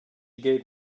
gave